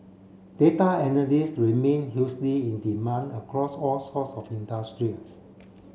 data analyst remain hugely in demand across all sorts of industrials